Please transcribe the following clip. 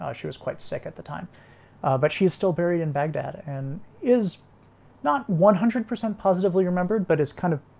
ah she was quite sick at the time but she is still buried in baghdad and is not one hundred positively remembered but is kind of